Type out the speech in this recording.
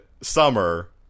Summer